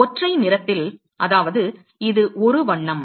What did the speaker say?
ஒற்றை நிறத்தில் அதாவது இது ஒரு வண்ணம்